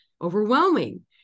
overwhelming